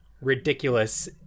ridiculous